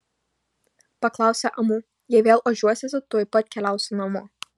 paklausė amu jei vėl ožiuosiesi tuoj pat keliausi namo